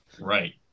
Right